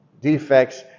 defects